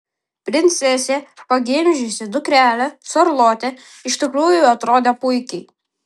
princesė pagimdžiusi dukrelę šarlotę iš tikrųjų atrodė puikiai